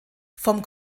vom